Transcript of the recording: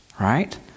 right